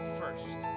first